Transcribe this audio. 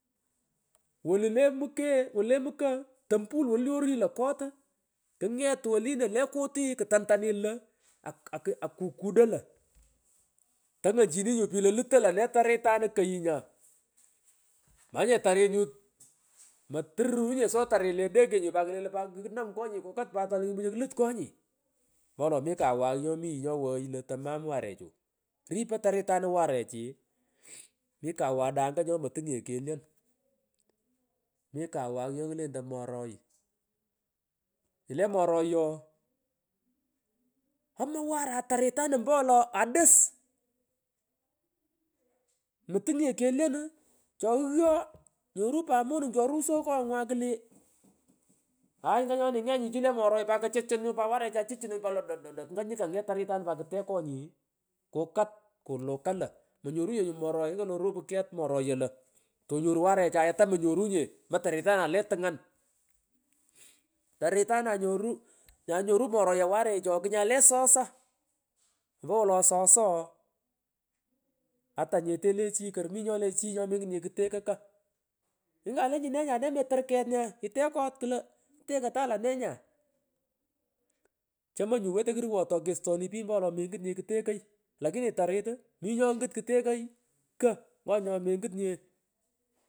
Wolu le mike wolu le mko tompul wolu le orii lo loat uuh kunget wolino le kuti tantanit lo aku akukudo lo kuporu tongonyini nyu pich lo lutoy lone taritanu koyu nya aah knam kung manyu nyu tarit nyu motururu sa tarit le ndege nyu pat tolonyi knam konyi kukata pat tolonyi klut konyi ompowolo mi kawagh nyomi yi nyowohgoy lo tomam warechu ripoy taritanu warechi kumung mi kawada anga nyopotunganye kelyon kumung mi kawagh nyokulentoy moroy inyle moroy ooh kterta omogh wara taritanu ompowolo adus motungnye kelyon uuh chong’yo nyoru pat kuchuchun pat kutek konyi kakat kulaka lo manyorunyenyu moroya nyini kolo oropu ket moroya lo tonyoru warechay ata monyorunye ompo taritanay le tung’an yup yomot taritanay nyoru naya nyoru moroya warechi ooh knyale soso ompowolo soso ooh atanyere le chi kor i nyole chi nyomengut nye ktekoy kogh nyngounsi nee nya nemetoy ket nya itek kot klo tekey tang lonee nyaa chomoy nya wetoi kuruwotoy kestoni pich ompo wolo mengut nye kteko lakini tanta mi nyongut ktekoy kogh ngonyomengut nye.